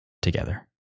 Together